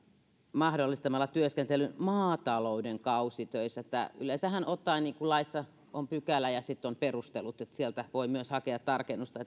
mahdollistamalla työskentelyn maatalouden kausitöissä yleensä ottaenhan laissa on pykälä ja sitten on perustelut niin että sieltä voi myös hakea tarkennusta